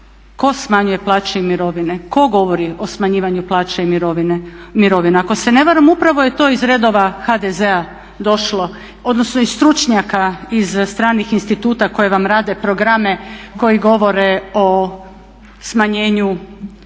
tko smanjuje plaće i mirovine, tko govori o smanjivanju plaća i mirovina? Ako se ne varam upravo je to iz redova HDZ-a došlo odnosno od stručnjaka iz stranih instituta koje vam rade programe koji govore o mogućem smanjenju mirovina